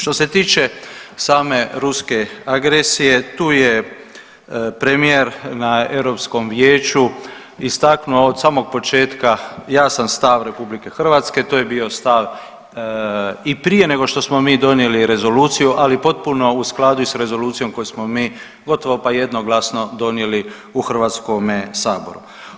Što se tiče same ruske agresije tu je premijer na Europskom vijeću istaknuo od samog početka jasan stav Republike Hrvatske, to je bio stav i prije nego što smo mi donijeli rezoluciju ali potpuno u skladu i sa rezolucijom koju smo mi gotovo pa jednoglasno donijeli u Hrvatskome saboru.